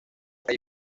hay